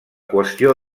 qüestió